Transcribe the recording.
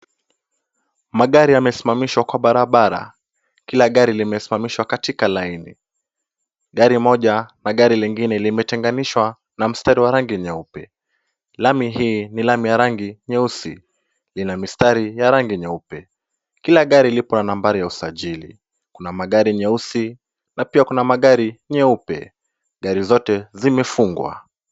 Magari yamesimamishwa kwa barabara. Kila gari limesimamishwa katika laini. Gari moja na gari lingine limetenganishwa na mstari wa rangi nyeupe. Lami hii ni lami ya rangi nyeusi, lina mistari ya rangi nyeupe. Kila gari lipo na nambari ya usajili. Kuna magari nyeusi na pia kuna magari nyeupe. Gari zote zimefungwa.